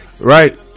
right